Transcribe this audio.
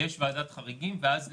יש ועדת חריגים, ואז זה